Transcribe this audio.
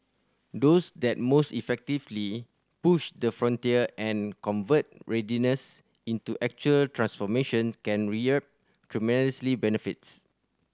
those that most effectively push the frontier and convert readiness into actual transformation can reap benefits